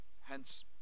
hence